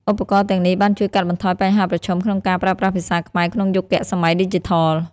ឧបករណ៍ទាំងនេះបានជួយកាត់បន្ថយបញ្ហាប្រឈមក្នុងការប្រើប្រាស់ភាសាខ្មែរក្នុងយុគសម័យឌីជីថល។